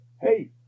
hey